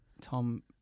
Tom